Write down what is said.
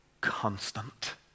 constant